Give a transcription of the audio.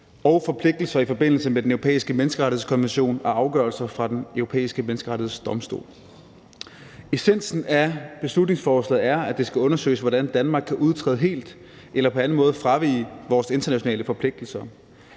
og forpligtelser i forbindelse med Den Europæiske Menneskerettighedskonvention og afgørelser fra Den Europæiske Menneskerettighedsdomstol. Essensen af beslutningsforslaget er, at det skal undersøges, hvordan Danmark kan udtræde helt eller på anden måde fravige vores internationale forpligtelser.